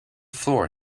floor